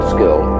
Skill